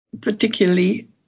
particularly